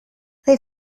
they